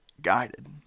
guided